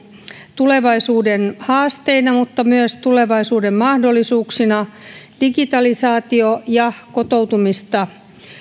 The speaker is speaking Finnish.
tulevaisuuden haasteina mutta myös tulevaisuuden mahdollisuuksina digitalisaatio ja kotoutumista